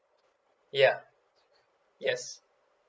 ya yes